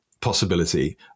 possibility